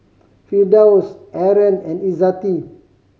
Firdaus Aaron and Izzati